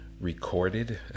recorded